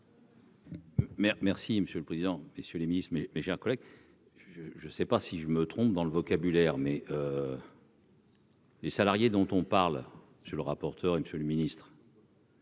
merci Monsieur le Président, messieurs les ministres, mes, mes chers collègues, je, je, je sais pas si je me trompe dans le vocabulaire mais. Les salariés, dont on parle, je le rapporteur et Monsieur le ministre.